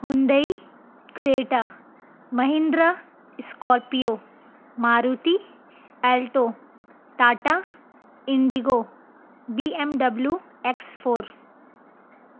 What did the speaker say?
Hyundai Creta Mahindra scorpio Maruti alto Tata indigo B M W X four